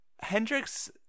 Hendrix